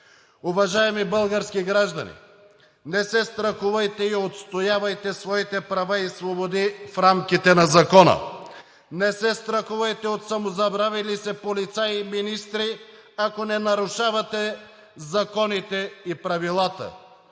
Уважаеми български граждани, не се страхувайте и отстоявайте своите права и свободи в рамките на Закона, не се страхувайте от самозабравили се полицаи и министри, ако не нарушавате законите и правилата.